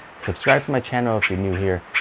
subscribe to my channel if you're new here,